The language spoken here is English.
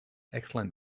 excellent